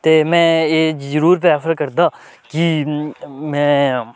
ते में एह् जरूर प्रैफर करदा कि में